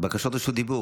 רשות דיבור.